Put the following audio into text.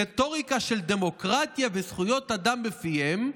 רטוריקה של דמוקרטיה וזכויות אדם בפיהם,